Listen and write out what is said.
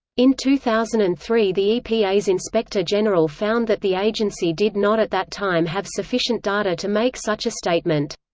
in two thousand and three the epa's inspector general found that the agency did not at that time have sufficient data to make such a statement.